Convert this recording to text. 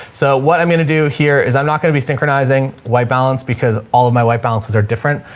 so what i'm going to do here is i'm not going to be synchronizing white balance because all of my white balances are different.